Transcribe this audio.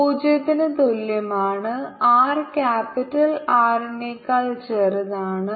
0 ന് തുല്യമാണ് r capital R നേക്കാൾ ചെറുതാണ്